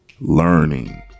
learning